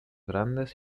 grandes